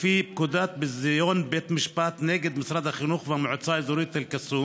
לפי פקודת ביזיון בית משפט נגד משרד החינוך והמועצה האזורית אל-קסום,